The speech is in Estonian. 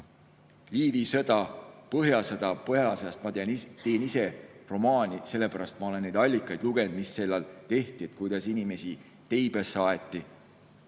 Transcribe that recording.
Liivi sõda, Põhjasõda ... Põhjasõjast ma teen ise romaani, sellepärast ma olen neid allikaid lugenud, mis sellal tehti, kuidas inimesi teibasse aeti